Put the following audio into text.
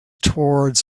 towards